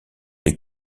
les